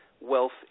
wealth